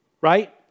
right